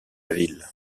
ville